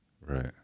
right